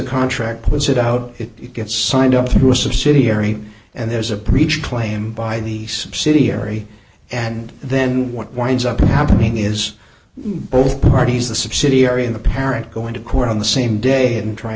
contract which it out it gets signed up through a subsidiary and there's a breach claim by the subsidiary and then what winds up happening is both parties the subsidiary and the parent go into court on the same day and try